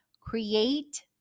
create